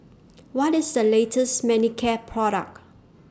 What IS The latest Manicare Product